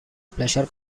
pleasure